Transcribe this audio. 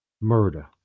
murder